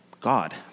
God